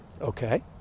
okay